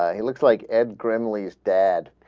ah he looks like adv graham least dad